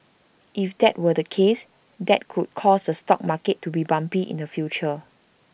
if that were the case that could cause the stock market to be bumpy in the future